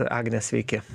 agne sveiki